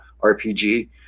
RPG